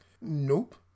Nope